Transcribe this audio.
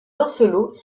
lancelot